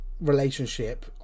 relationship